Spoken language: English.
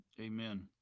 Amen